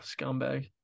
Scumbag